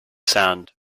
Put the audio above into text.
sound